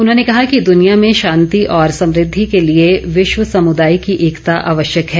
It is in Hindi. उन्होंने कहा कि दुनिया में शांति और समृद्धि के लिए विश्व समृदाय की एकता आवश्यक है